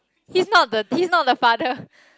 he's not the he's not the father